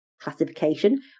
classification